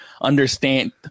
understand